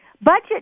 Budget